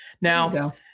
Now –